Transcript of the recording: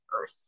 earth